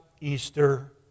Easter